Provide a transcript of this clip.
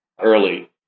early